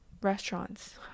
restaurants